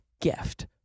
gift